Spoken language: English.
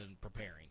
preparing